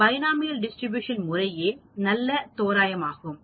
binomial distribution முறையே என்பது நல்ல தோராயமாகும்